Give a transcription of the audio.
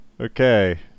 Okay